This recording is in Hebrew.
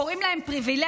קוראים להם פריבילגים?